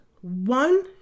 one